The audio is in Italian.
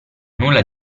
nulla